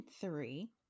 three